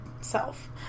self